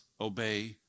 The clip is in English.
obey